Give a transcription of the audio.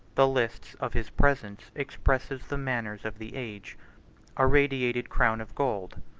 the lists of his presents expresses the manners of the age a radiated crown of gold,